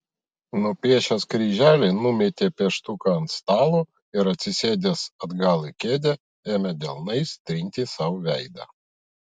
nupiešęs kryželį numetė pieštuką ant stalo ir atsisėdęs atgal į kėdę ėmė delnais trinti sau veidą